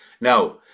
Now